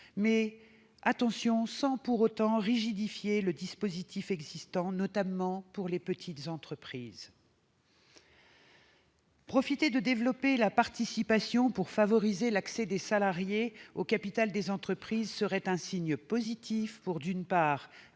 pour autant, veillons-y, rigidifier le dispositif existant, notamment pour les petites entreprises. Profiter de développer la participation pour favoriser l'accès des salariés au capital des entreprises serait un signe positif afin, d'une part,